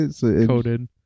coded